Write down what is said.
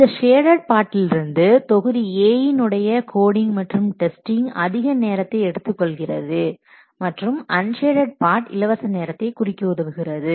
இந்த ஷேடட் பார்ட்டிலிருந்து தொகுதி A இன் உடைய கோடிங் மற்றும் டெஸ்டிங் அதிக நேரத்தை எடுத்துக் கொள்கிறது மற்றும் அன்ஷேடட் பார்ட் இலவச நேரத்தை குறிக்க உதவுகிறது